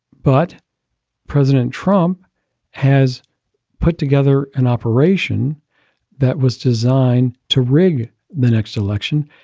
but president trump has put together an operation that was designed to rig the next election,